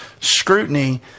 scrutiny